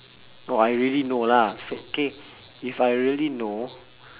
no I already know lah so K if I already know